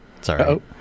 Sorry